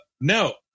no